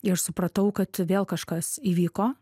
ir aš supratau kad vėl kažkas įvyko